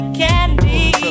candy